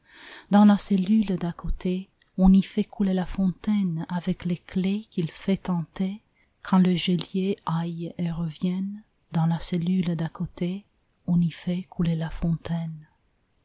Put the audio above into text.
dans la cellule d'à côté on y fait couler la fontaine avec les clefs qu'il fait tinter que le geôlier aille et revienne dans la cellule d'à côté on y fait couler la fontaine